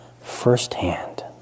firsthand